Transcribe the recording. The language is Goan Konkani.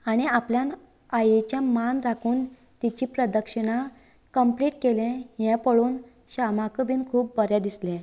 आनी आपल्यान आईचे मान राखून तिची प्रदक्षीणां कंम्पलीट केले हे पळोवन श्यामाक बीन खूब बरें दिसले